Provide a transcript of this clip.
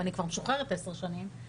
ואני כבר משוחררת עשר שנים,